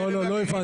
לא, לא הבנת.